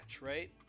right